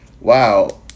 wow